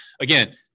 again